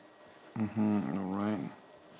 mmhmm alright